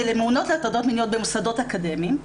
זה לממונות להטרדות מיניות במוסדות אקדמיים,